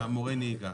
המורה נהיגה,